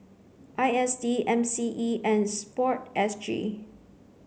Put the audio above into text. I S D M C E and sport S G